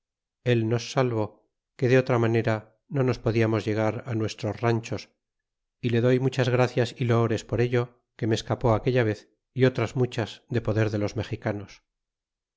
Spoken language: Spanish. él nos salvé que de otra manera no nos podíamos llegar á nuestros ranchos y le doy muchas gracias y loores por ello que me escapé aquella vez y otras muchas de poder de los mexicanos